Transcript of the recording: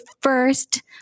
first